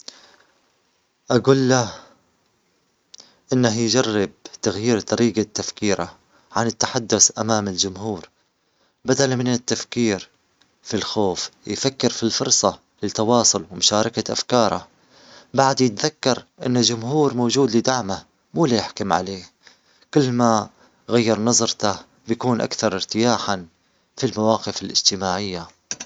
إذا رجعت ألف عام إلى الوراء، أول شيء أسويه هو التأقلم مع الحياة اليومية وأتعلم اللغة والعادات. بعدين، أستغل معرفتي الحديثة بحذر لمساعدة الناس في تحسين حياتهم، مثل تطوير طرق زراعية أو طبية بسيطة. أحاول أبني علاقات مع الشخصيات المهمة وأتعلم من الحكماء لأني أؤمن أن التعاون والمعرفة المشتركة يغيران التاريخ.